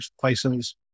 places